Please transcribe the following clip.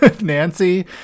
Nancy